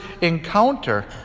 encounter